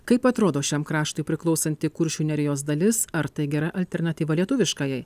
kaip atrodo šiam kraštui priklausanti kuršių nerijos dalis ar tai gera alternatyva lietuviškajai